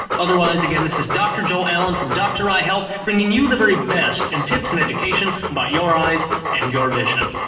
otherwise, again, this is dr. joe allen from doctoreyehealth, bringing you the very best in tips and education about but your eyes and your vision.